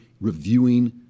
reviewing